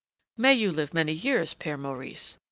may you live many years, pere maurice!